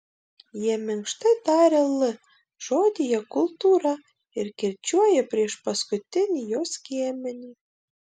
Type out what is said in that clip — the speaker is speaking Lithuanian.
jie minkštai taria l žodyje kultūra ir kirčiuoja priešpaskutinį jo skiemenį